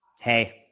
Hey